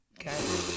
Okay